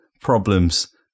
problems